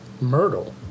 myrtle